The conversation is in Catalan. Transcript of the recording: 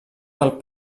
del